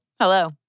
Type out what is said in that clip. Hello